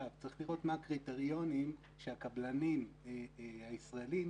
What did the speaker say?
צריך לראות מה הקריטריונים שהקבלנים הישראלים